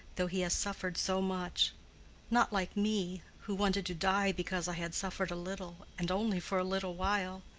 though he has suffered so much not like me, who wanted to die because i had suffered a little, and only for a little while.